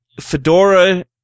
Fedora